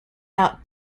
out